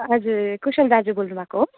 हजुर कुशल दाजु बोल्नुभएको हो